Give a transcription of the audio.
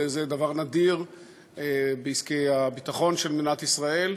וזה דבר נדיר בעסקי הביטחון של מדינת ישראל,